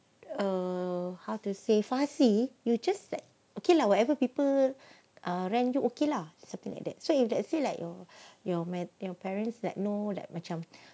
err how to say farah see you just like okay lah whatever people uh rent you okay lah something like that so if let's say like your your your parents like know like macam